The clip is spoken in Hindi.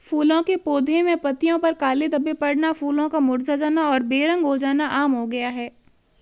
फूलों के पौधे में पत्तियों पर काले धब्बे पड़ना, फूलों का मुरझा जाना और बेरंग हो जाना आम हो गया है